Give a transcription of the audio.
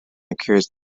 occurs